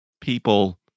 people